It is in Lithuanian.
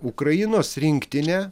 ukrainos rinktinė